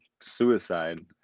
suicide